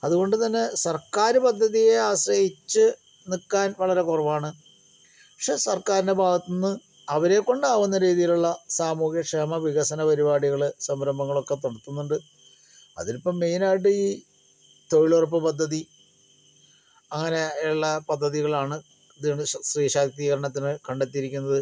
അതുകൊണ്ട് തന്നെ സർക്കാര് പദ്ധതിയെ ആശ്രയിച്ച് നിൽക്കാൻ വളരെ കുറവാണ് പക്ഷേ സർക്കാരിൻ്റെ ഭാഗത്ത് നിന്ന് അവരെ കൊണ്ടാവുന്ന രീതിയിലുള്ള സാമൂഹ്യ ക്ഷേമവികസനപരിപാടികള് സംരംഭങ്ങളൊക്കെ പെടുത്തുന്നുണ്ട് അതിലിപ്പോൾ മെയിനായിട്ട് ഈ തൊഴിലുറപ്പ് പദ്ധതി അങ്ങനെ ഉള്ള പദ്ധതികളാണ് ഇതേ പോലെ സ്ത്രീശക്തീകരണത്തിന് കണ്ടെത്തിയിരിക്കുന്നത്